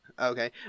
Okay